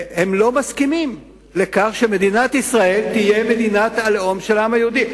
הם לא מסכימים לכך שמדינת ישראל תהיה מדינת הלאום של העם היהודי.